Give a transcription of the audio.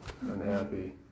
unhappy